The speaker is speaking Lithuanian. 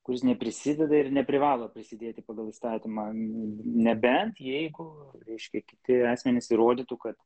kuris neprisideda ir neprivalo prisidėti pagal įstatymą nebent jeigu reiškia kiti asmenys įrodytų kad